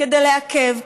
כדי לעכב,